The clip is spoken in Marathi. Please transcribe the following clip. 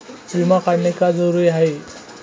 विमा काढणे का जरुरी आहे?